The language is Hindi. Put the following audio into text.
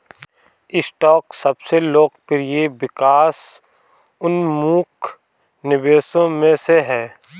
स्टॉक सबसे लोकप्रिय विकास उन्मुख निवेशों में से है